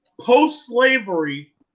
post-slavery